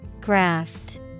graft